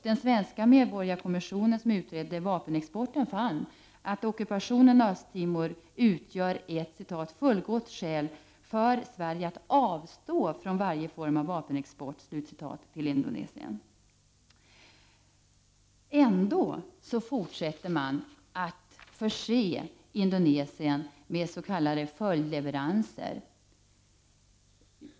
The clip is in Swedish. Den svenska medborgarkommissionen, som utredde vapenexporten, fann att ockupationen av Östra Timor utgör ett ”fullgott skäl för Sverige att avstå från varje form av vapenexport” till Indonesien. Ändå fortsätter man att förse Indonesien med s.k. följdleveranser.